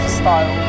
style